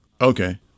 Okay